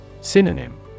Synonym